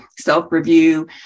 self-review